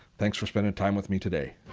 thanks for spending time with me today.